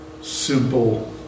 simple